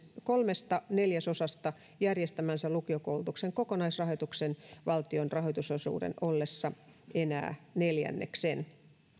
kolmesta neljäsosasta järjestämänsä lukiokoulutuksen kokonaisrahoituksesta valtion rahoitusosuuden ollessa enää neljänneksen